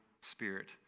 spirit